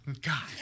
God